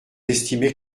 estimez